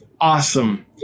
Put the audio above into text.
Awesome